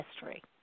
history